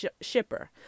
shipper